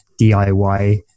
DIY